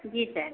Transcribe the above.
जी sir